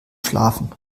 schlafen